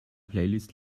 playlist